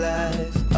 life